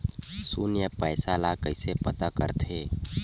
शून्य पईसा ला कइसे पता करथे?